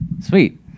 Sweet